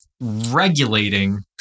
regulating